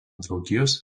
draugijos